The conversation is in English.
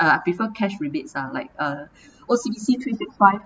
I prefer cash rebates ah like uh O_C_B_C three six five